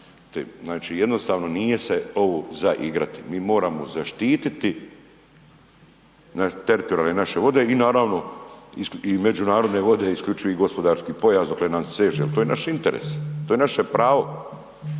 znači jednostavno nije se ovo za igrati. Mi moramo zaštiti teritorijalne naše vode i naravno međunarodne vode i isključivi gospodarski pojas dokle nam seže jel to je naš interes, to je naše pravo.